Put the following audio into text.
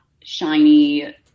shiny